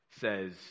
says